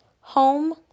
home